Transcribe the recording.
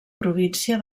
província